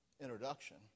introduction